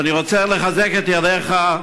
אני רוצה לחזק את ידיך,